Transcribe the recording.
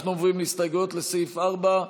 אנחנו עוברים להסתייגויות לסעיף 4,